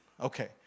Okay